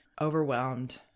overwhelmed